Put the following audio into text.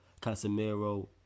Casemiro